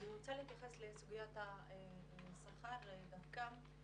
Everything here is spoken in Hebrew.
אני רוצה להתייחס לסוגיית השכר דווקא.